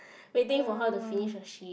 waiting for her to finish her shift